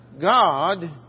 God